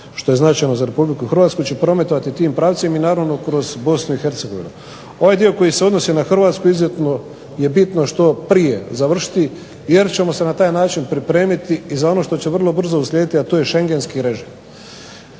što je značajno za RH će prometovati tim pravcem i naravno kroz BiH. Ovaj dio koji se odnosi na Hrvatsku izuzetno je bitno što prije završiti jer ćemo se na taj način pripremiti i za ono što će vrlo brzo uslijediti a to je shengenski režim.